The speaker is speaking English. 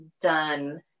done